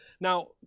Now